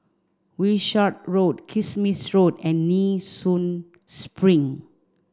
Wishart Road Kismis Road and Nee Soon Spring